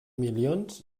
milions